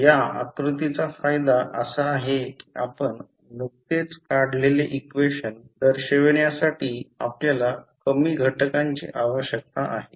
तर या आकृतीचा फायदा असा आहे की आपण नुकतेच काढलेले इक्वेशन दर्शविण्यासाठी आपल्याला कमी घटकाची आवश्यकता आहे